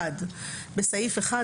בסעיף 1,